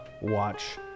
watch